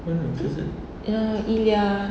ya elia